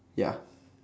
ya